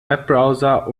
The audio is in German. webbrowser